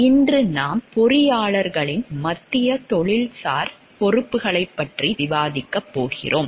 இன்று நாம் பொறியாளர்களின் மத்திய தொழில்சார் பொறுப்புகளைப் பற்றி விவாதிக்கப் போகிறோம்